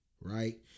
right